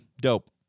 Dope